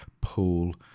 pool